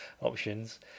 options